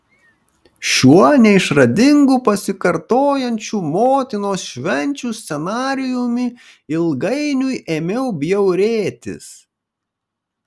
šiuo neišradingu pasikartojančių motinos švenčių scenarijumi ilgainiui ėmiau bjaurėtis